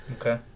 Okay